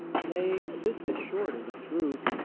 nay, this is short of the truth.